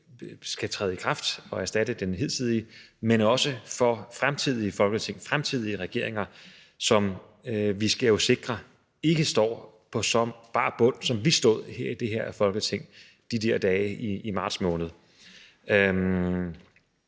skal træde i kraft og erstatte den hidtidige, men også for fremtidige Folketing, for fremtidige regeringer, som vi jo skal sikre ikke står på så bar bund, som vi stod i det her Folketing de der dage i marts måned